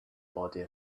body